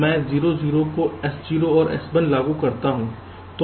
तो मैं 0 0 को S0 और S1 लागू करता हूं